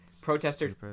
Protesters